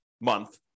month